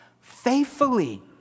faithfully